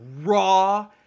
raw